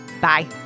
Bye